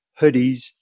hoodies